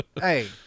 hey